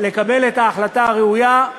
לקבל את ההחלטה הראויה,